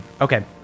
okay